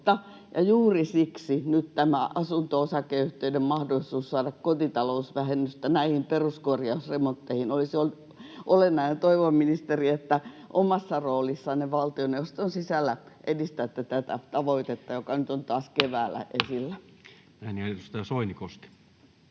Juuri siksi tämä asunto-osakeyhtiöiden mahdollisuus saada kotitalousvähennystä näihin peruskorjausremontteihin olisi nyt olennainen. Toivon, ministeri, että omassa roolissanne valtioneuvoston sisällä edistätte tätä tavoitetta, joka nyt on taas keväällä esillä.